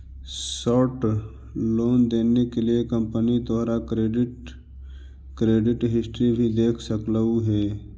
short loan देने के लिए कंपनी तोहार क्रेडिट क्रेडिट हिस्ट्री भी देख सकलउ हे